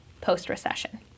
post-recession